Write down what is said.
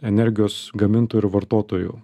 energijos gamintojų ir vartotojų